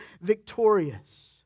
victorious